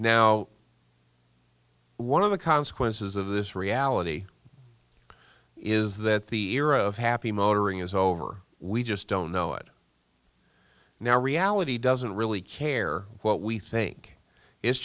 now one of the consequences of this reality is that the era of happy motoring is over we just don't know it now reality doesn't really care what we think i